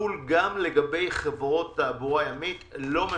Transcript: סעיף זה יחול גם על חברות תעבורה ימית לא ממשלתיות.